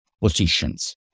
positions